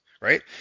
right